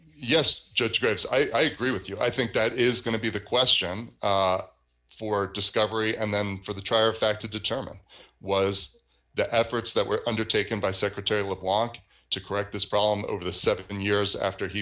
yes judge scripts i agree with you i think that is going to be the question for discovery and them for the trier of fact to determine was the efforts that were undertaken by secretary look walk to correct this problem over the seven years after he